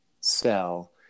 cell